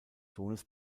sohnes